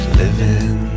living